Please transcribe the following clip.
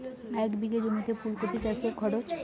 এক বিঘে জমিতে ফুলকপি চাষে খরচ?